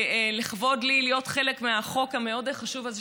לכבוד הוא לי להיות חלק מהחוק החשוב הזה,